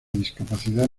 discapacidad